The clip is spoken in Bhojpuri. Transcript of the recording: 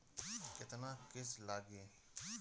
केतना किस्त लागी?